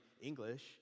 English